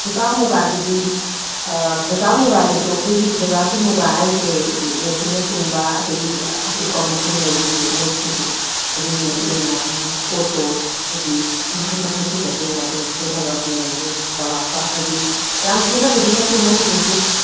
ꯐꯩꯕꯥꯛ ꯃꯨꯒꯥꯗꯨꯗꯤ ꯐꯩꯕꯥꯛ ꯃꯨꯒꯥꯗꯁꯨ ꯑꯩꯈꯣꯏꯒꯤ ꯐꯩꯕꯥꯛꯀꯤ ꯃꯨꯒꯥ ꯍꯥꯏꯔꯤꯁꯦ ꯃꯦꯆꯤꯟꯅ ꯆꯤꯡꯕ ꯑꯗꯒꯤ ꯑꯀꯨꯞꯄ ꯃꯈꯜ ꯂꯩꯔꯤ ꯃꯣꯏꯁꯤꯡꯁꯦ ꯑꯗꯨꯒꯤ ꯃꯇꯨꯡ ꯏꯟꯅ ꯑꯗꯨꯝ ꯞꯣꯠꯇꯣ ꯍꯥꯏꯗꯤ ꯃꯈꯜ ꯃꯈꯜꯗꯨꯒꯤ ꯃꯇꯨꯡ ꯏꯟꯅ ꯑꯗꯨꯝ ꯈꯦꯠꯅꯕ ꯑꯗꯨꯝ ꯂꯩꯅꯤ ꯆꯥꯎꯔꯥꯛꯄ ꯍꯥꯏꯗꯤ ꯌꯥꯝ ꯈꯦꯠꯅꯕꯗꯤ ꯅꯠꯇꯦ ꯃꯣꯏꯁꯤꯡꯁꯦ